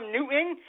Newton